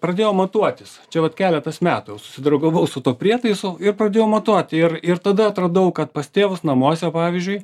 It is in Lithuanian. pradėjau matuotis čia vat keletas metų jau susidraugavau su tuo prietaisu ir pradėjau matuoti ir ir tada atradau kad pas tėvus namuose pavyzdžiui